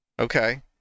Okay